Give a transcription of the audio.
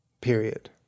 Period